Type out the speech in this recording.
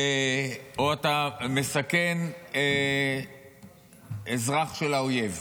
או אתה מסכן אזרח של האויב.